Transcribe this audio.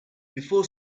before